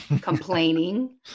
complaining